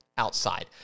outside